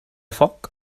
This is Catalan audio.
foc